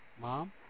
Mom